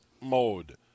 mode